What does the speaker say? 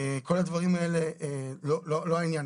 כל הדברים האלה הם לא העניין.